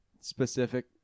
specific